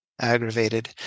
aggravated